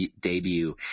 debut